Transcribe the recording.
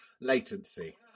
latency